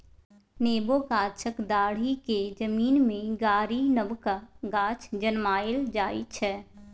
नेबो गाछक डांढ़ि केँ जमीन मे गारि नबका गाछ जनमाएल जाइ छै